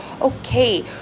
okay